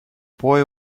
boy